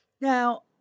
Now